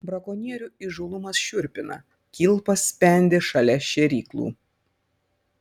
brakonierių įžūlumas šiurpina kilpas spendė šalia šėryklų